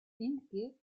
insel